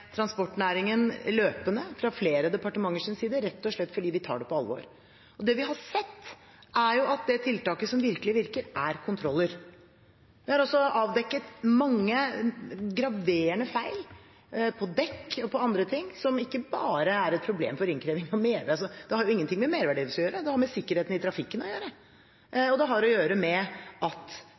løpende, god dialog med transportnæringen fra flere departementers side, rett og slett fordi vi tar det på alvor. Det vi har sett, er at det tiltaket som virkelig virker, er kontroller. Det er avdekket mange graverende feil på dekk og andre ting som ikke har noe med innkreving av merverdiavgift å gjøre. Det har med sikkerheten i trafikken å gjøre, og det har å gjøre med at